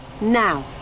Now